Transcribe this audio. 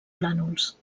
plànols